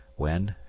when,